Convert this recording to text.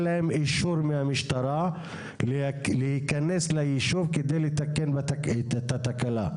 להם אישור מהמשטרה להיכנס ליישוב כדי לתקן את התקלה.